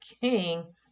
King